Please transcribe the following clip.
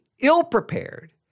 ill-prepared